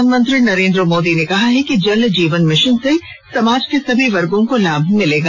प्रधानमंत्री नरेन्द्र मोदी ने कहा है कि जल जीवन मिशन से समाज के सभी वर्गों को लाभ होगा